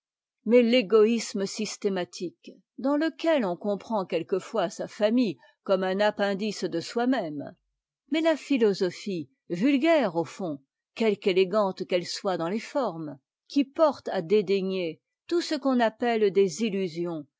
mais t'égoïsme systématique dans teque on comprend quelquefois sa famille comme un appendice de soi-même mais la philosophie vulgaire au fond quelque élégante qu'elle soit dans les formes qui porte à dédaigner tout ce qu'on appelle des illusions